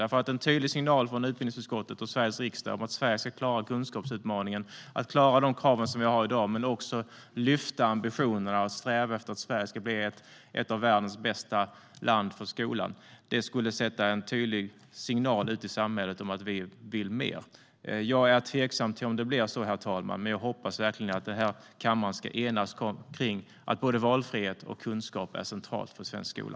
Det behövs en tydlig signal från utbildningsutskottet och Sveriges riksdag att Sverige ska klara kunskapsutmaningen och de krav vi har i dag. Men att också lyfta ambitionerna och sträva efter att Sverige ska bli ett av världens bästa länder för skolan - det skulle ge en tydlig signal ute i samhället att vi vill mer. Herr talman! Jag är tveksam till om det blir så. Men jag hoppas verkligen att kammaren ska enas om att både valfrihet och kunskap är centrala för svensk skola.